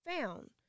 found